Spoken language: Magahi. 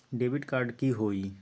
डेबिट कार्ड की होई?